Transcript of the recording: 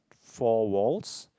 four walls